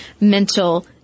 mental